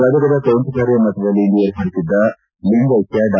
ಗದಗದ ತೋಂಟದಾರ್ಯ ಮಠದಲ್ಲಿ ಇಂದು ಏರ್ಪಡಿಸಿದ್ದ ಲಿಂಗೈಕ್ಕ ಡಾ